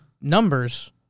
numbers